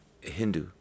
Hindu